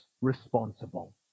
responsible